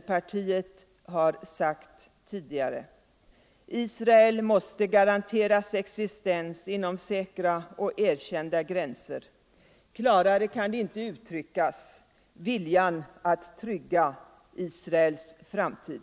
läget i centerpartiet sagt tidigare. Mellersta Östern, Israel måste garanteras existens inom säkra och erkända gränser — kla = m.m. rare kan man inte uttrycka viljan att trygga Israels framtid.